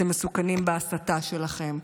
אתם מסוכנים בהסתה שלכם,